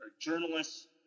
journalists